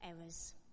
errors